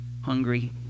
hungry